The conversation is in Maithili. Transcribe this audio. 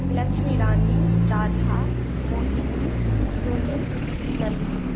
लक्ष्मी रानी राधा मोहिनी सोनी नंदिनी